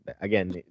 again